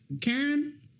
Karen